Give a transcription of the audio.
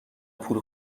پول